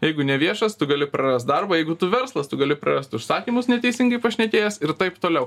jeigu neviešas tu gali prarast darbą jeigu tu verslas tu gali prarast užsakymus neteisingai pašnekėjęs ir taip toliau